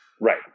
Right